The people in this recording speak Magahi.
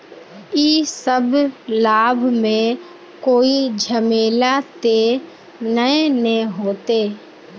इ सब लाभ में कोई झमेला ते नय ने होते?